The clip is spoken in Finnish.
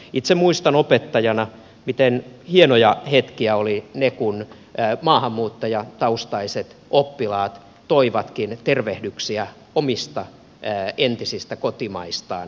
itse muistan opettajana miten hienoja hetkiä olivat ne kun maahanmuuttajataustaiset oppilaat toivatkin tervehdyksiä omista entisistä kotimaistaan